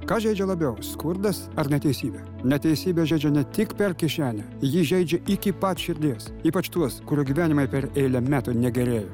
kas žeidžia labiau skurdas ar neteisybė neteisybė žeidžia ne tik per kišenę įji žeidžia iki pat širdies ypač tuos kurių gyvenimai per eilę metų negerėja